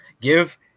give